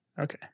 Okay